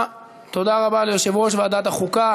תודה רבה ליושב-ראש ועדת החוקה.